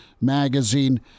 magazine